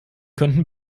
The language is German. könnten